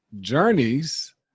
journeys